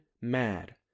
mad